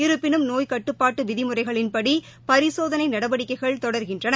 இருப்பினும் நோய் கட்டுப்பாட்டு விதிமுறைகளின்படி பரிசோதனை நடவடிக்கைகள் தொடர்கின்றன